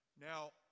Now